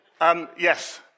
Yes